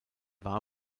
war